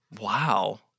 Wow